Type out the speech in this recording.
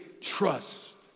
trust